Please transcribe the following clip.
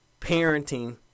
parenting